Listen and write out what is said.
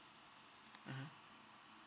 mmhmm